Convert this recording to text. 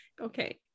Okay